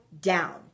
down